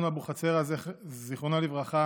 אבוחצירא, זיכרונו לברכה,